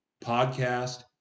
podcast